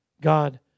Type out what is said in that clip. God